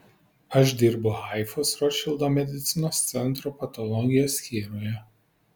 aš dirbu haifos rotšildo medicinos centro patologijos skyriuje